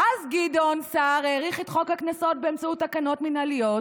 ואז גדעון סער האריך את חוק הקנסות באמצעות תקנות מינהליות,